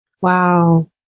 Wow